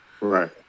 Right